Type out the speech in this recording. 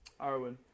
Arwen